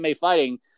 fighting